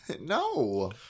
No